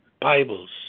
Bibles